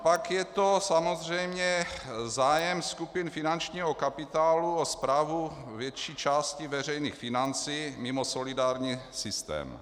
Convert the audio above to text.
Pak je to samozřejmě zájem skupin finančního kapitálu o správu větší části veřejných financí mimo solidární systém.